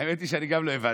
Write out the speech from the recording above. האמת היא שגם אני לא הבנתי.